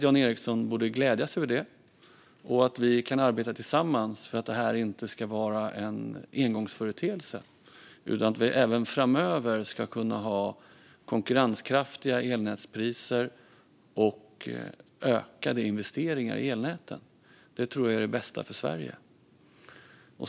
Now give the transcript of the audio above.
Jan Ericson borde glädjas åt det. Låt oss arbeta tillsammans för att detta inte ska vara en engångsföreteelse utan att vi även framöver ska kunna ha konkurrenskraftiga elnätspriser och ökade investeringar i elnätet. Det tror jag är det bästa för Sverige.